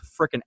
freaking